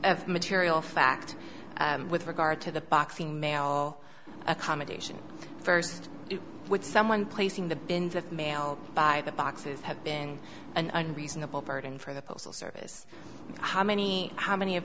of material fact with regard to the boxing mail accommodation first with someone placing the bins of mail by the boxes have been an unreasonable burden for the postal service how many how many of